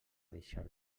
deixar